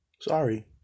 Sorry